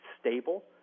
stable